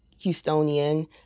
Houstonian